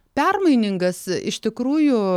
permainingas iš tikrųjų